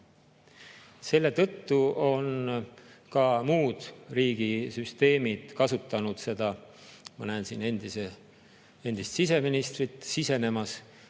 Selle tõttu on ka muud riigisüsteemid kasutanud seda – ma näen siin endist siseministrit sisenemas